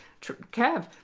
kev